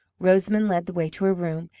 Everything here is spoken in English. rosamond led the way to her room,